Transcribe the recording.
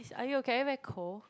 are you okay are you very cold